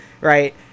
right